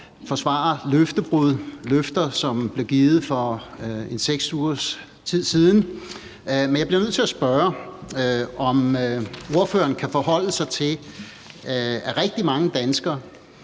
forsvare løftebrud med hensyn til løfter, som blev givet for en 6 ugers tid siden. Men jeg bliver nødt til at spørge, om ordføreren kan forholde sig til, at rigtig mange danskere